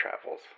travels